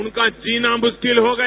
उनका जिना मुश्किल हो गया